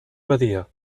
badia